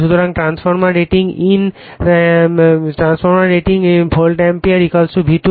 সুতরাং transformer rating in volt ampere V2 I2